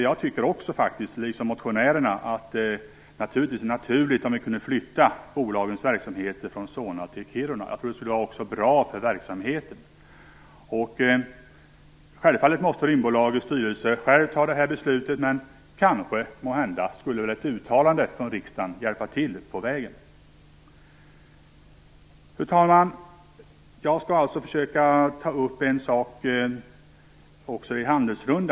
Jag tycker liksom motionärerna att det vore naturligt att flytta bolagets verksamhet från Solna till Kiruna. Jag tror att det vore bra för verksamheten. Självfallet måste rymdbolagets styrelse själv fatta ett sådant beslut. Men måhända skulle ett uttalande från riksdagen kunna vara en hjälp på vägen. Fru talman! Jag skall ta upp en fråga senare under punkten handelspolitik.